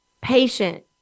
patient